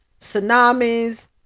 tsunamis